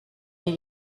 ihr